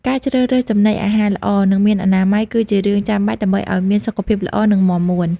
ការជ្រើសរើសចំណីអាហារល្អ និងមានអនាម័យ គឺជារឿងចាំបាច់ដើម្បីឲ្យមានសុខភាពល្អ និងមាំមួន។